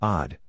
Odd